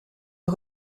une